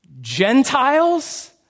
Gentiles